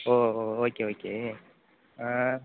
ஓ ஓ okay okay